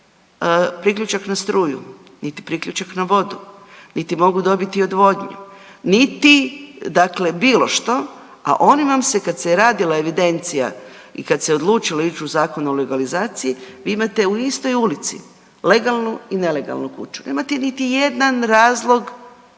niti priključak na struju, niti priključak na vodu, niti mogu dobiti odvodnju, niti dakle bilo što, a oni vam se kad se je radila evidencija i kad se odlučilo ić u Zakon o legalizaciji, vi imate u istoj ulici legalnu i nelegalnu kuću, nemate niti jedan razlog,